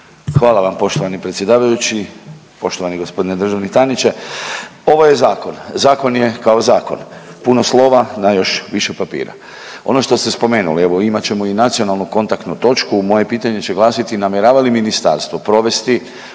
Hvala vam poštovani predsjedavajući, poštovani g. državni tajniče. Ovo je zakon, zakon je kao zakon, puno slova na još više papira. Ono što ste spomenuli, evo, imat ćemo i Nacionalnu kontaktnu točku, moje pitanje će glasiti, namjerava li Ministarstvo provesti